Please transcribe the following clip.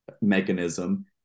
mechanism